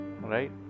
right